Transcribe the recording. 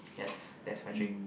yes that's my dream